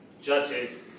judges